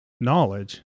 knowledge